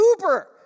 Uber